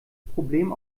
problem